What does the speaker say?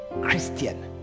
Christian